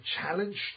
challenged